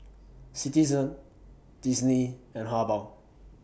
Citizen Disney and Habhal